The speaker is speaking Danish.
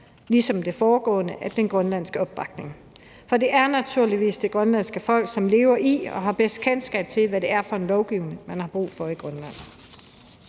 med det foregående, den grønlandske opbakning. For det er naturligvis det grønlandske folk, som lever i og har bedst kendskab til, hvad det er for en lovgivning, man har brug for i Grønland.